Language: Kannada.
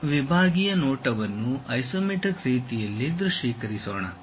ಕಟ್ ವಿಭಾಗೀಯ ನೋಟವನ್ನು ಐಸೊಮೆಟ್ರಿಕ್ ರೀತಿಯಲ್ಲಿ ದೃಶ್ಯೀಕರಿಸೋಣ